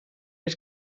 les